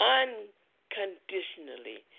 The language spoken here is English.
unconditionally